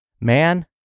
Man